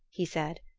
he said.